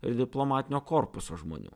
ir diplomatinio korpuso žmonių